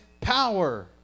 power